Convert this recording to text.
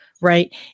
Right